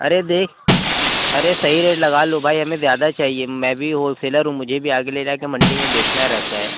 ارے دیکھ ارے صحیح ریٹ لگا لو بھائی ہمیں زیادہ چاہیے میں بھی ہول سیلر ہوں مجھے بھی آگے لے جا کے منڈی میں بیچنا رہتا ہے